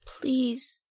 Please